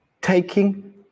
taking